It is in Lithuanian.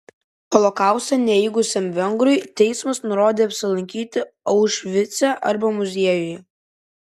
holokaustą neigusiam vengrui teismas nurodė apsilankyti aušvice arba muziejuje